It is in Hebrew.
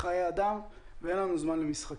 אנחנו עוסקים בחיי אדם ואין לנו זמן למשחקים.